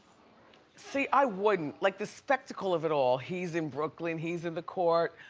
see i wouldn't. like the spectacle of it all. he's in brooklyn, he's in the court.